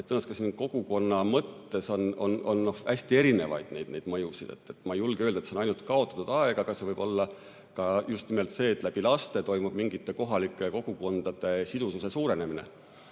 siis on siin kogukonna mõttes hästi erinevaid mõjusid. Ma ei julge öelda, et see on ainult kaotatud aeg, see võib olla ka just nimelt see, et laste kaudu toimub mingite kohalike kogukondade sidususe suurenemine.